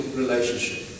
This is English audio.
relationship